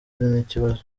n’ikibazo